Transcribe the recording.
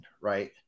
Right